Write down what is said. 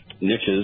niches